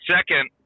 Second